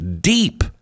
deep